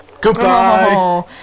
Goodbye